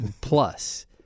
plus